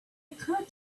occurred